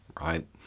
right